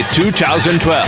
2012